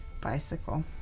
bicycle